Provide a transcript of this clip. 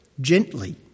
gently